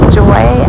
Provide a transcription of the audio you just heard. joy